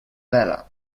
vela